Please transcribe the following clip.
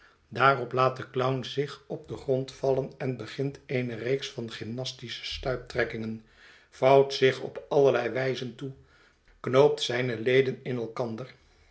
daarop laat de clown zich op den grond vallen en begint eene reeks van gymnastische stuiptrekkingen vouwt zich op allerlei wijzen toe knoopt zijne leden in elkander